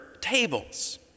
tables